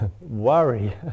worry